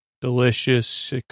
delicious